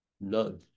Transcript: none